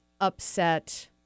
upset